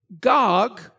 Gog